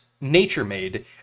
nature-made